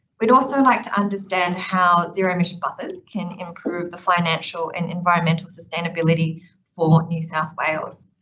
we'd also like to understand how zero emission buses can improve the financial and environmental sustainability for new south wales.